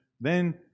Then-